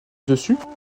dessus